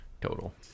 total